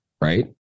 right